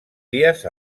dies